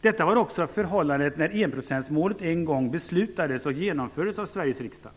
Detta var också förhållandet när enprocentsmålet en gång beslutades om och genomfördes av Sveriges riksdag.